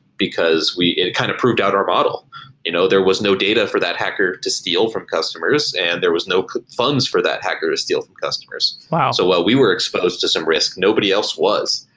because it kind of proved out our model you know there was no data for that hacker to steal from customers and there was no funds for that hacker to steal from customers. while so while we were exposed to some risk, nobody else was.